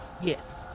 Yes